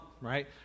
right